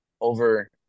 over